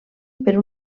per